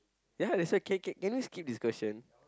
ya that's why can can can we skip this question